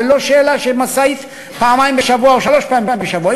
זו לא שאלה של משאית פעמיים בשבוע או שלוש פעמים בשבוע,